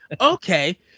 Okay